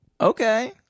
Okay